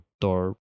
door